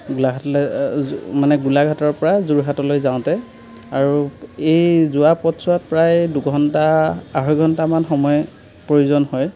গোলাঘাটলৈ মানে গোলাঘাটৰপৰা যোৰহাটলৈ যাওঁতে আৰু এই যোৱা পথছোৱাত প্ৰায় দুঘণ্টা আঢ়ৈঘণ্টামান সময় প্ৰয়োজন হয়